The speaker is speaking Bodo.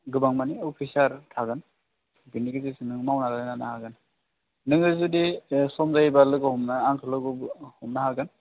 गोबां माने अफिसार थागोन बेनि गेजेरजों नों मावना लानो हागोन नोङो जुदि सम जायोबा लोगो हमना आंखौ लोगो हमनो हागोन